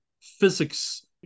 physics